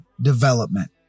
development